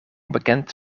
bekend